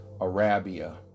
Arabia